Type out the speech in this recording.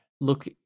look